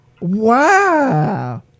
Wow